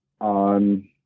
on